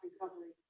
recovery